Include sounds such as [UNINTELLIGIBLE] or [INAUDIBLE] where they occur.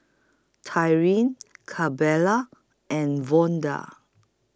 Tyrin [UNINTELLIGIBLE] and Vonda